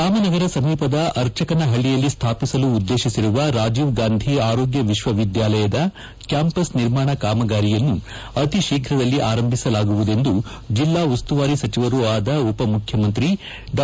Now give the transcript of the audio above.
ರಾಮನಗರ ಸಮೀಪದ ಅರ್ಚಕನಹಳ್ಳಿಯಲ್ಲಿ ಸ್ಡಾಪಿಸಲು ಉದ್ದೇಶಿಸಿರುವ ರಾಜೀವ್ ಗಾಂಧಿ ಆರೋಗ್ಯ ವಿಶ್ವವಿದ್ಯಾಲಯದ ಕ್ಯಾಂಪಸ್ ನಿರ್ಮಾಣ ಕಾಮಗಾರಿಯನ್ನು ಅತಿ ಶೀಘ್ರದಲ್ಲಿ ಆರಂಭಿಸಲಾಗುವುದು ಎಂದು ಜಿಲ್ಲಾ ಉಸ್ತುವಾರಿ ಸಚಿವರೂ ಆದ ಉಪಮುಖ್ಯಮಂತ್ರಿ ಡಾ